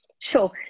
Sure